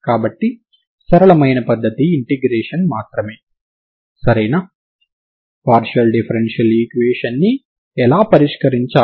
కాబట్టి మీరు ఈ పొటెన్షియల్ ఎనర్జీ ని ఈ విధంగా పొందవచ్చు